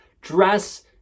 dress